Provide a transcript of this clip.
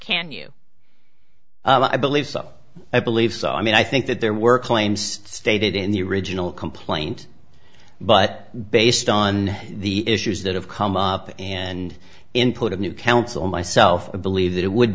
can you i believe so i believe so i mean i think that there were claims stated in the original complaint but based on the issues that have come up and input of new counsel myself i believe that it would